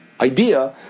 idea